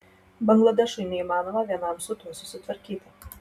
bangladešui neįmanoma vienam su tuo susitvarkyti